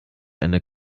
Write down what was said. eine